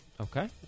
Okay